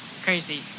crazy